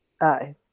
Aye